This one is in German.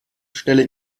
stelle